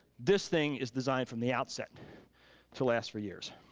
this thing is designed from the outset to last for years.